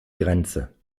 grenze